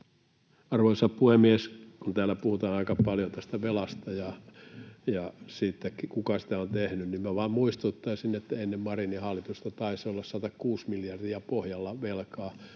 Arvoisa puhemies! Kun täällä puhutaan aika paljon tästä velasta ja siitäkin, kuka sitä on tehnyt, niin minä vain muistuttaisin, että ennen Marinin hallitusta taisi olla 106 miljardia pohjalla velkaa